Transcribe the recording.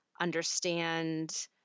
understand